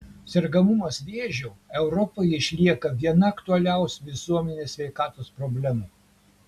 sergamumas vėžiu europoje išlieka viena aktualiausių visuomenės sveikatos problemų